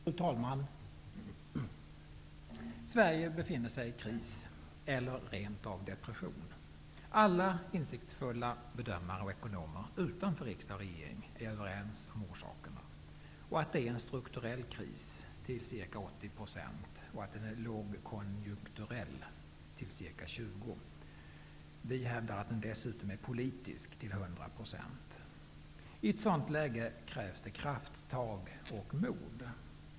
Fru talman! Sverige befinner sig i kris eller rent av i depression. Alla insiktsfulla bedömare och ekonomer utanför riksdag och regering är överens om orsakerna, att det är en strukturell kris till ca 80 % och en lågkonjunkturell till ca 20 %. Vi häv dar att den dessutom är politisk till 100 %. I ett sådant läge krävs det krafttag och mod.